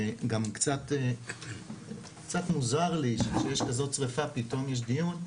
וגם קצת מוזר לי שכשיש כזאת שריפה פתאום יש דיון,